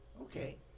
Okay